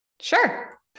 Sure